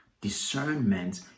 discernment